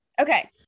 okay